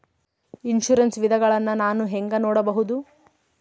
Insurance ವಿಧಗಳನ್ನ ನಾನು ಹೆಂಗ ನೋಡಬಹುದು?